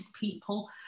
people